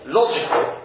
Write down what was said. logical